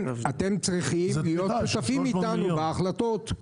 אתם צריכים להיות שותפים איתנו בהחלטות.